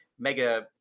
mega